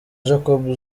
jacob